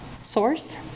source